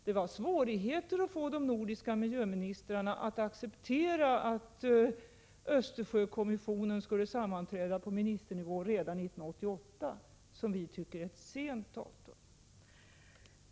Det var svårt att få de nordiska miljöministrarna att acceptera att Östersjökommissionen skulle sammanträda på ministernivå redan 1988, som vi tycker är en sen tidpunkt.